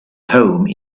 home